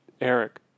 Eric